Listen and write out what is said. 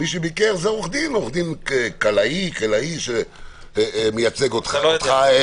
זה עו"ד קלעי שמייצג אותך.